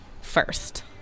First